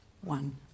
one